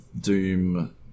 Doom